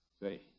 Say